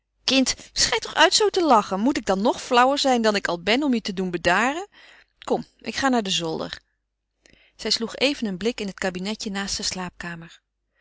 kind schei toch uit zoo te lachen moet ik dan nog flauwer zijn dan ik al ben om je te doen bedaren kom ik ga naar den zolder zij sloeg even een blik in het kabinetje naast de slaapkamer